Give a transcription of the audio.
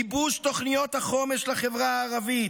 ייבוש תוכניות החומש לחברה הערבית,